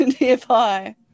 nearby